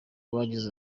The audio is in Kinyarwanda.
bagize